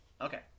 Okay